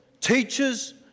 teachers